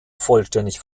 vollständig